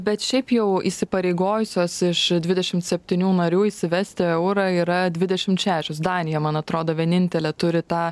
bet šiaip jau įsipareigojusios iš dvidešimt septynių narių įsivesti eurą yra dvidešimt šešios danija man atrodo vienintelė turi tą